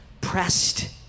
pressed